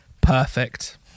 perfect